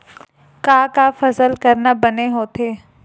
का का फसल करना बने होथे?